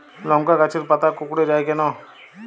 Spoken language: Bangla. লংকা গাছের পাতা কুকড়ে যায় কেনো?